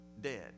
Dead